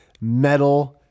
metal